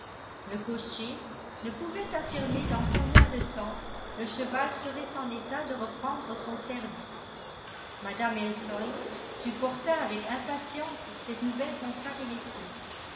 le cocher ne pouvait affirmer dans combien de temps le cheval serait en état de reprendre son service mme elton supporta avec impatience cette nouvelle contrariété